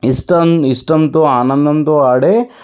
ఇష్టం ఇష్టంతో ఆనందంతో ఆడే